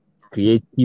creative